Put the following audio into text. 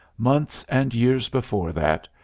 months and years before that,